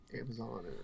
Amazon